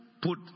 put